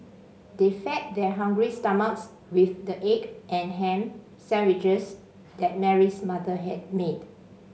they fed their hungry stomachs with the egg and ham sandwiches that Mary's mother had made